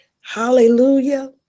hallelujah